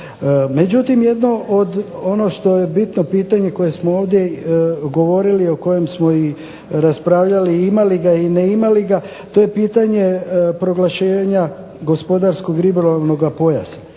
Međutim, jedno od, ono što je bitno pitanje koje smo ovdje govorili, o kojem smo i raspravljali i imali ga i ne imali ga to je pitanje proglašenja gospodarskog ribolovnog pojasa.